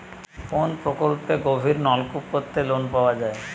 কোন প্রকল্পে গভির নলকুপ করতে লোন পাওয়া য়ায়?